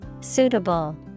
Suitable